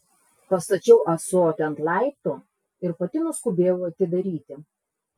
pastačiau ąsotį ant laiptų ir pati nuskubėjau atidaryti